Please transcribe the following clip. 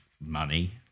money